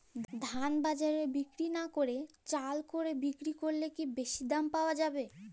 ধান বাজারে বিক্রি না করে চাল কলে বিক্রি করলে কি বেশী দাম পাওয়া যাবে?